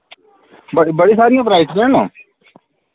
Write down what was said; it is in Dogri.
बड़ी बड़ी सरियां वैरायटियां न